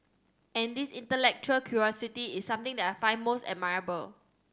and this intellectual curiosity is something that I find most admirable